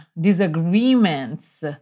disagreements